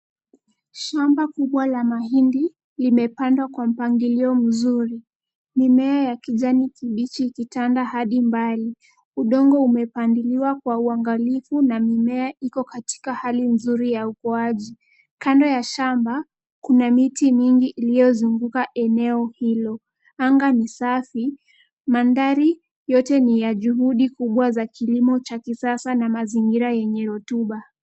Shamba kubwa la mahindi limepandwa kwa mpangilio mzuri mimea ya kijani kibichi ikitanda hadi mbali. Udongo umepandiliwa kwa uangalifu na mimea iko katika hali nzuri ya ukuaji. Kando ya shamba kuna miti mingi iliyozunguka eneo hilo. Anga ni safi. Mandhari yote ni ya juhudi kubwa za kilimo cha kisasa na mazingira yenye rutuba.